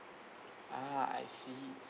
ah I see